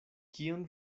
kion